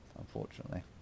unfortunately